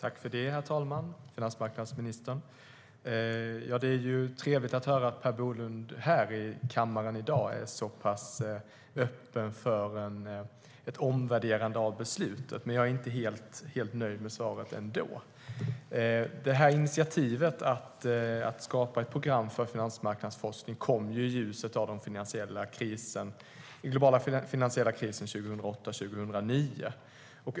Herr talman! Det är trevligt att höra att finansmarknadsminister Per Bolund här i kammaren i dag är så pass öppen för ett omvärderande av beslutet, men jag är inte helt nöjd med svaret ändå.< 09.